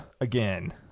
again